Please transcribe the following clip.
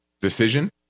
decision